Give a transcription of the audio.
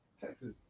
Texas